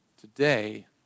today